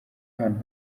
ahantu